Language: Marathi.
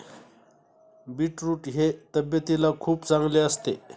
बीटरूट हे तब्येतीला खूप चांगले असते